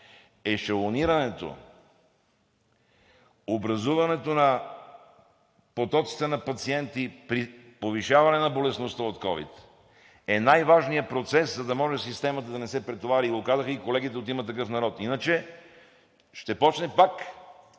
ешелонирането. Образуването на потоците на пациенти при повишаване на болестността от ковид е най-важният процес, за да може системата да не се претовари. И Ви го казаха и колегите от „Има такъв народ“. Иначе ще започне пак